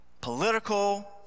political